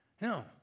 No